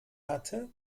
hatte